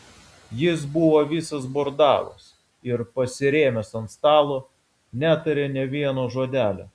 jis buvo visas bordavas ir pasirėmęs ant stalo netarė nė vieno žodelio